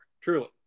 truly